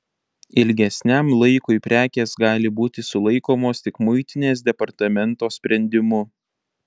ilgesniam laikui prekės gali būti sulaikomos tik muitinės departamento sprendimu